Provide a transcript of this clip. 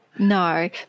No